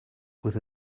with